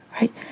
right